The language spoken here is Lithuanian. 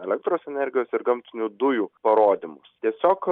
elektros energijos ir gamtinių dujų parodymus tiesiog